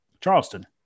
charleston